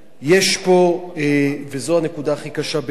יש פה, וזו הנקודה הכי קשה בעיני,